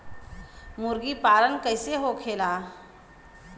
मुर्गी पालन कैसे होखेला?